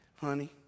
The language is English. honey